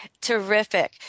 Terrific